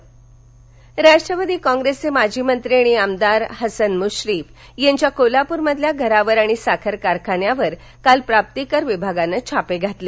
मश्रीफ छापे राष्ट्रवादी कॉप्रेस चे माजी मंत्री आणि आमदार हसन मुश्रीफ यांच्या कोल्हापूर मधील घरावर आणि साखर कारखान्यावर काल प्राप्तीकर विभागानं छापे घातले